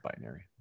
binary